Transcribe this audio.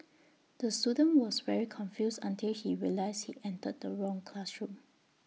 the student was very confused until he realised he entered the wrong classroom